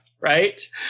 right